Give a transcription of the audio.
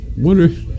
wonder